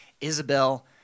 Isabel